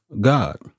God